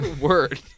word